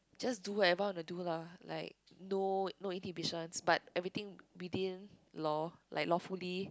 just do whatever I wanna do lah like no no inhibitions but everything within law like lawfully